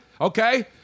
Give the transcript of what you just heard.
Okay